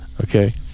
Okay